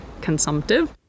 consumptive